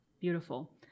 Beautiful